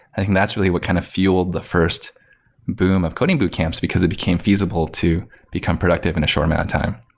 i think that's really what kind of fueled the first boom of coding boot camps, because it became feasible to become productive in a short amount of time.